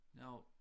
Now